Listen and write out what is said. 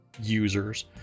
users